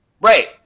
right